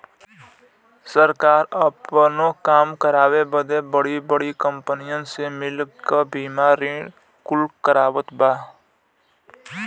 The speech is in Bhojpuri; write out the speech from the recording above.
सरकार आपनो काम करावे बदे बड़की बड़्की कंपनीअन से मिल क बीमा ऋण कुल करवावत बा